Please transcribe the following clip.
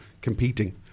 Competing